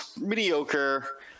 mediocre